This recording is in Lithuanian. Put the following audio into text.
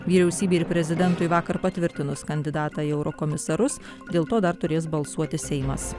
vyriausybei ir prezidentui vakar patvirtinus kandidatą į eurokomisarus dėl to dar turės balsuoti seimas